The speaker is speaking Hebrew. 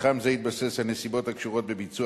מתחם זה יתבסס על נסיבות הקשורות בביצוע